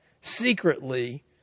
secretly